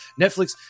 Netflix